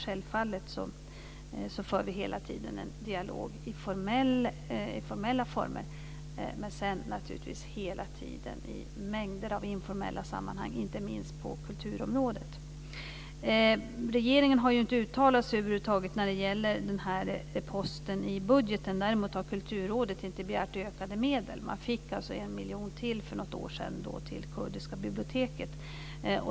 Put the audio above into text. Självfallet för vi hela tiden en dialog formellt, men naturligtvis också hela tiden i mängder av informella sammanhang, inte minst på kulturområdet. Regeringen har ju inte uttalat sig över huvud taget när det gäller den här posten i budgeten. Däremot har Kulturrådet inte begärt ökade medel. Man fick alltså 1 miljon till för något år sedan till Kurdiska Biblioteket.